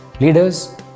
Leaders